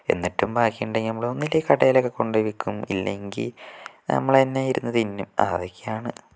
എന്നിട്ടും ബാക്കി ഉണ്ടെങ്കിൽ നമ്മള് ഒന്നൂല്ലെ കടേലൊക്കെ കൊണ്ടുപോയി വിൽക്കും ഇല്ലെങ്കിൽ നമ്മളുതന്നെ ഇരുന്ന് തിന്നും അതൊക്കെയാണ്